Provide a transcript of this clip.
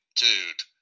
dude